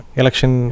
election